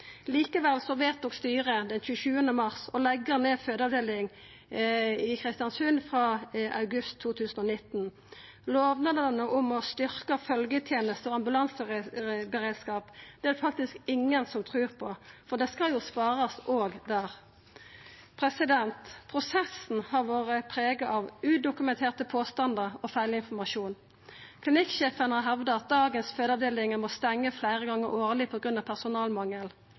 vedtok styret den 27. mars å leggja ned fødeavdelinga i Kristiansund frå august 2019. Lovnadene om å styrkja følgjetenestene og ambulanseberedskapen er det faktisk ingen som trur på, for det skal jo sparast der òg. Prosessen har vore prega av udokumenterte påstandar og feilinformasjon. Klinikksjefen har hevda at dagens fødeavdeling må stengja fleire gonger årleg på grunn av personalmangel.